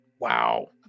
Wow